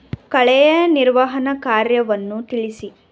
ಕಳೆಯ ನಿರ್ವಹಣಾ ಕಾರ್ಯವನ್ನು ತಿಳಿಸಿ?